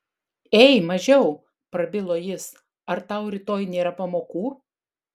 ei mažiau prabilo jis ar tau rytoj nėra pamokų